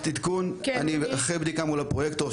--- אחרי בדיקה מול הפרויקטור,